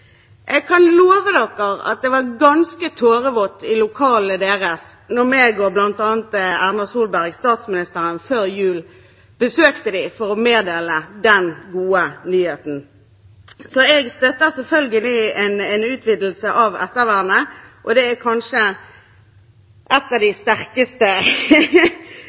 Jeg kan love dere at det var ganske tårevått i lokalene deres da jeg og bl.a. statsminister Erna Solberg før jul besøkte dem for å meddele den gode nyheten, så jeg støtter selvfølgelig en utvidelse av ettervernet. Det er kanskje en av de sterkeste